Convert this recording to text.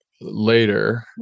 later